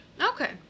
Okay